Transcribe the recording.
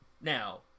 Now